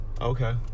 Okay